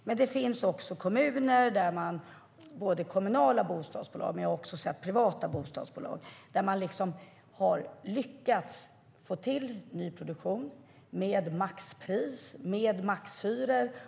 Men det finns också kommuner - det gäller kommunala bostadsbolag, men jag har också sett privata bostadsbolag - där man har lyckats få till nyproduktion med maxpris och maxhyror.